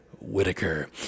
Whitaker